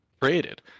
created